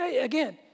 Again